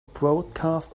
broadcast